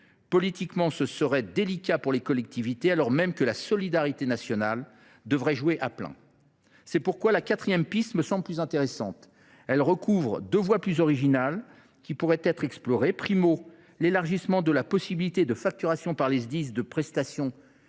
élargissement serait délicat pour les collectivités, alors même que, en la matière, la solidarité nationale devrait jouer à plein. C’est pourquoi la quatrième piste me semble plus intéressante. Elle recouvre deux voies plus originales qui pourraient être explorées :, l’élargissement de la possibilité de facturation par les Sdis de prestations qui